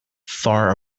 far